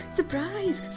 Surprise